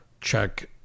check